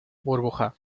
burbuja